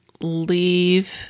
leave